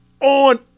on